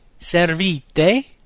servite